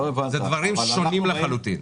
אלה דברים שונים לחלוטין.